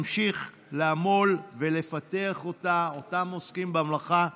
נמשיך לעמול ולפתח אותה, אותם עוסקים במלאכה.